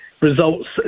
results